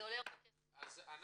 אני